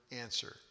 answer